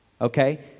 okay